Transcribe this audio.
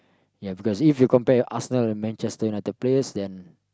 ya because if you compare Arsenal and Manchester-United players then